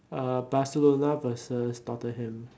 uh Barcelona versus Tottenham